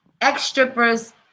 ex-strippers